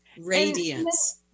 Radiance